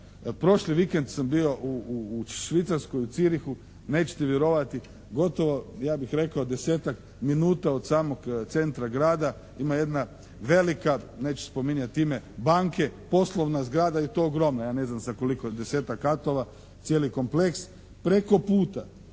prošli vikend sam bio u Švicarskoj, u Zürcihu, neće vjerovati gotovo ja bih rekao desetak minuta od samog centra grada ima jedna velika neću spominjati ime banke, poslovna zgrada i to ogromna. Ja ne znam sa koliko desetaka katova, cijeli kompleks. Preko puta